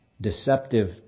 deceptive